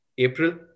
April